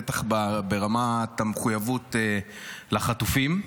בטח ברמת המחויבות לחטופים.